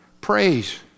Praise